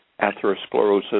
atherosclerosis